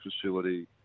facility